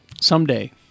someday